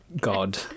god